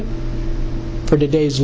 it for today's